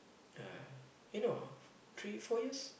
yeah eh no ah three four years